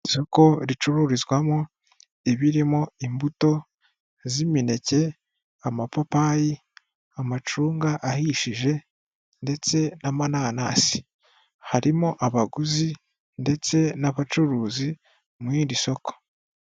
Isoko ricururizwamo ibirimo imbuto z'imineke, amapapayi, amacunga ahishije ndetse n'amananasi, harimo abaguzi ndetse n'abacuruzi muri iri soko.